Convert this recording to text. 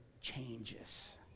changes